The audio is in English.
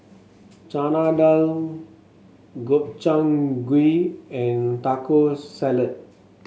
Chana Dal Gobchang Gui and Taco Salad